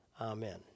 Amen